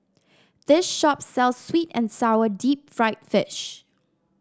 this shop sells sweet and sour Deep Fried Fish